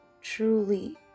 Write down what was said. truly